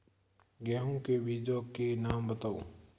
गेहूँ के बीजों के नाम बताओ?